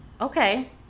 Okay